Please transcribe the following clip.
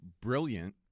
brilliant